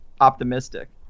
optimistic